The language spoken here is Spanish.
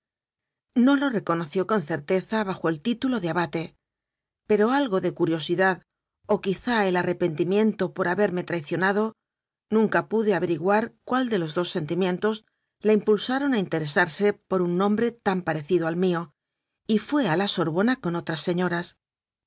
no lo reconoció con cer teza bajo el título de abate pero algo de curiosi dad o quizá el arrepentimiento por haberme trai cionado nunca pude averiguar cuál de los dos sen timientos la impulsaron a interesarse por un nombre tan parecido al mío y fué a la sorbona con otras señoras